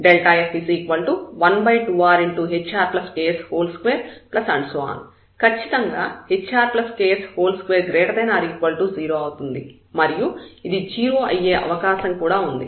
f12rhrks2 ఖచ్చితంగా hrks2 ≥ 0 అవుతుంది మరియు ఇది 0 అయ్యే అవకాశం కూడా ఉంది